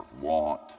want